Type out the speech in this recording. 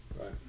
Right